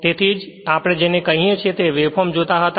તેથી તે જ રીતે આપણે જેને કહીયે છીયે તે વેવફોર્મ જોતા હતા